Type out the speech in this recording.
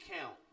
count